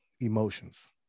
emotions